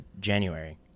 January